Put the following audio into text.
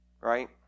right